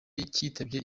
yitabye